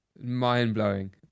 Mind-blowing